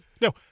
No